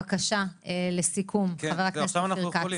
בבקשה, לסיכום, חבר הכנסת אופיר כץ.